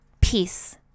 peace